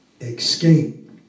escape